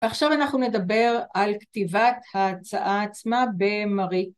עכשיו אנחנו נדבר על כתיבת ההצעה עצמה במרי.